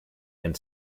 and